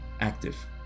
active